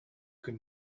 can